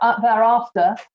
thereafter